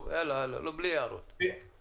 אני מנהל תחום רשתות המזון באיגוד לשכות המסחר.